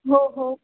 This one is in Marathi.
हो हो